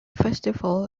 festival